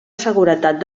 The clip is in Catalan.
seguretat